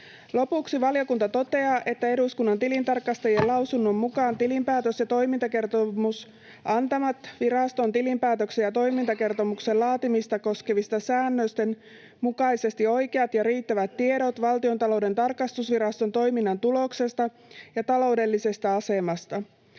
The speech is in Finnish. Lopuksi valiokunta toteaa, että eduskunnan tilintarkastajien lausunnon mukaan tilinpäätös- ja toimintakertomus antavat viraston tilinpäätöksen ja toimintakertomuksen laatimista koskevien säännösten mukaisesti oikeat ja riittävät tiedot Valtiontalouden tarkastusviraston toiminnan tuloksesta ja taloudellisesta asemasta.